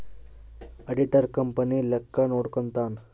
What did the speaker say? auditor company ಲೆಕ್ಕ ನೋಡ್ಕಂತಾನ್